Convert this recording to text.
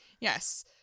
yes